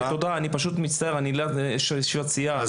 אני מצטער שאני צריך לעזוב, אני הולך לישיבת סיעה.